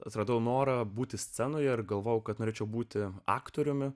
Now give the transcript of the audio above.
atradau norą būti scenoje ir galvojau kad norėčiau būti aktoriumi